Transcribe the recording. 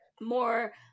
more